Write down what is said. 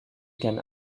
can